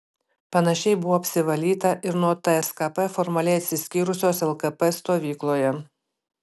panašiai buvo apsivalyta ir nuo tskp formaliai atsiskyrusios lkp stovykloje